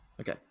Okay